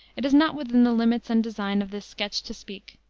it is not within the limits and design of this sketch to speak.